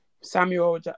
Samuel